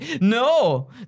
No